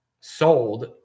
sold